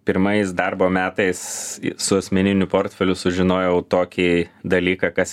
pirmais darbo metais su asmeniniu portfeliu sužinojau tokį dalyką kas